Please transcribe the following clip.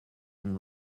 and